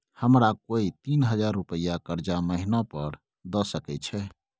हमरा कोय तीन हजार रुपिया कर्जा महिना पर द सके छै?